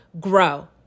grow